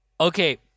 okay